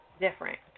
different